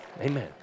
Amen